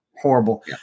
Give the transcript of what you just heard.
Horrible